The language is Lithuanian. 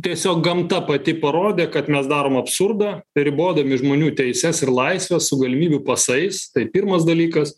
tiesiog gamta pati parodė kad mes darom absurdą ribodami žmonių teises ir laisvę su galimybių pasais tai pirmas dalykas